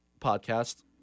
podcast